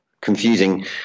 confusing